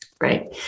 Right